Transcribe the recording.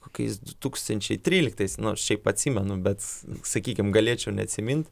kokiais du tūkstančiai tryliktais nu aš šiaip atsimenu bet sakykim galėčiau neatsimint